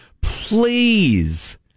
Please